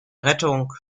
rettung